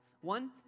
One